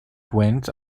gwent